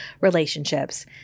relationships